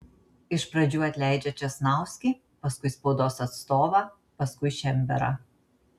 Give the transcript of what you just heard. iš pradžių atleidžia česnauskį paskui spaudos atstovą paskui šemberą